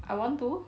I want to